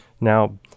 Now